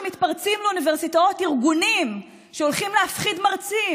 כשמתפרצים לאוניברסיטאות ארגונים שהולכים להפחיד מרצים,